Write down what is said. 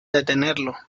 detenerlo